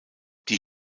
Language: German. die